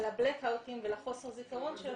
לבלק אאוטים ולחוסר זיכרון.